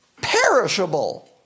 perishable